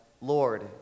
Lord